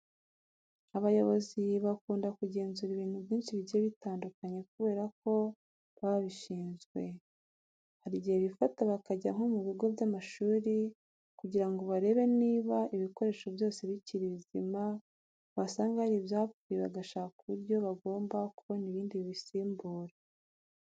Abayobozi bakunda kugenzura ibintu byinshi bigiye bitandukanye kubera ko baba babishinzwe. Hari igihe bifata bakajya nko mu bigo by'amashuri kugira ngo barebe niba ibikoresho byose bikiri bizima, basanga hari ibyapfuye bagashaka uburyo bagomba kubona ibindi bibisimbura.